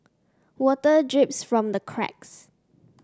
water drips from the cracks